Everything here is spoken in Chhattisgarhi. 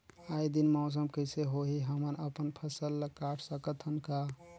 आय दिन मौसम कइसे होही, हमन अपन फसल ल काट सकत हन का?